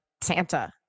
santa